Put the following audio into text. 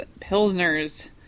pilsners